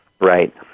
right